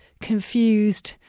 confused